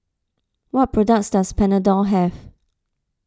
what products does Panadol have